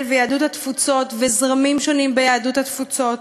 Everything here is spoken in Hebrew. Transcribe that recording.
ויהדות התפוצות וזרמים שונים ביהדות התפוצות,